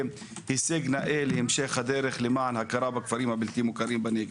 הישג נאה להמשך הדרך למען הכרה בכפרים הבלתי מוכרים בנגב.